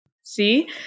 See